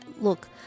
look